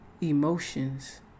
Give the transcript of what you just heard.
emotions